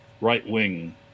right-wing